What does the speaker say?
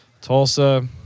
Tulsa